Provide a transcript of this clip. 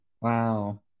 wow